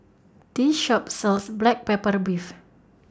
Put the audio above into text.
This Shop sells Black Pepper Beef